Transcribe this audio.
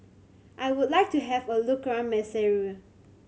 I would like to have a look around Maseru